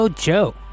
Joe